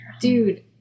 Dude